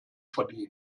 verdienen